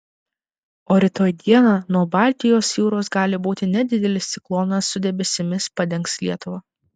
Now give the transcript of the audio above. o rytoj dieną nuo baltijos jūros gali būti nedidelis ciklonas su debesimis padengs lietuvą